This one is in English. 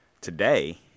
today